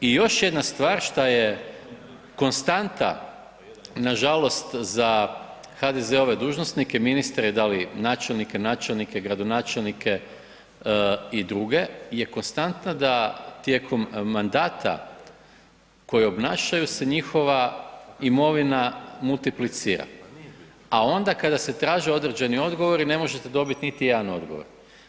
I još jedna stvar, što je konstanta, nažalost, za HDZ-ove dužnosnike, ministre, da li načelnike, načelnike, gradonačelnike i dr. je konstanta da tijekom mandata kojeg obnašaju se njihova imovina multiplicira, a onda kada se traže određeni odgovori ne možete dobiti niti jedan odgovor.